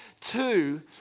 Two